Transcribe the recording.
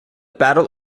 battle